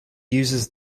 uses